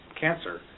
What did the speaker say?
cancer